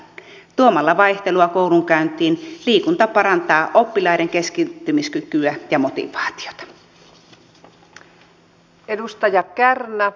tuomalla vaihtelua koulunkäyntiin liikunta parantaa oppilaiden keskittymiskykyä ja motivaatiota